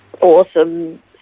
awesome